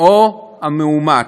או המאומץ.